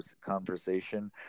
conversation